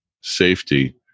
safety